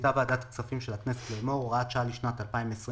מחליטה ועדת הכספים של הכנסת לאמור: הוראת שעה לשנת 2021